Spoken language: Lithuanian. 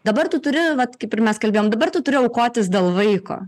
dabar tu turi vat kaip ir mes kalbėjom dabar tu turi aukotis dėl vaiko